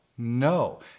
No